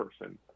person